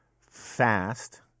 fast